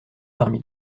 parmi